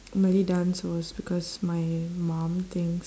malay dance was because my mum thinks